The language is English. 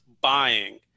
buying